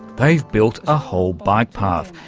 they've built a whole bike path,